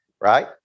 right